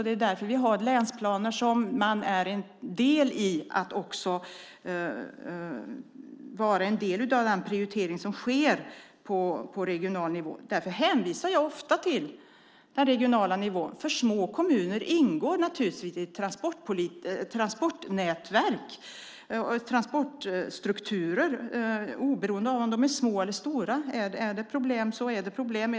De är en del i de länsplaner som vi har och ingår i den prioritering som sker på regional nivå. Därför hänvisar jag ofta till den regionala nivån. Kommunerna ingår i ett transportnätverk, i transportstrukturer, oberoende av om de är små eller stora. Finns det problem så finns det problem.